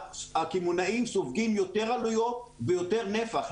הקמעונאים סופגים יותר עלויות ויותר נפח.